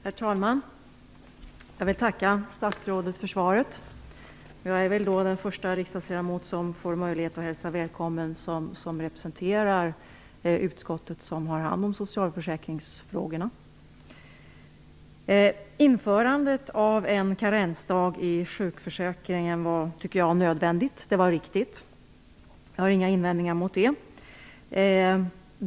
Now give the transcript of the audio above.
Herr talman! Jag vill tacka statsrådet för svaret. Jag är väl den första riksdagsledamot som får möjlighet att hälsa välkommen som representerar det utskott som har hand om socialförsäkringsfrågorna. Införandet av en karensdag i sjukförsäkringen var nödvändigt. Det var riktigt. Jag har inga invändningar mot det.